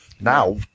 Now